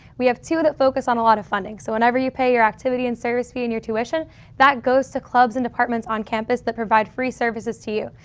we have two that focus on a lot of funding so whenever you pay your activity and service fee and your tuition that goes to clubs and departments on campus that provide free services to you,